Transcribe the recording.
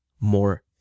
more